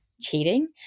cheating